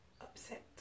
upset